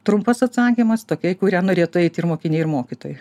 trumpas atsakymas tokia į kurią norėtų eiti ir mokiniai ir mokytojai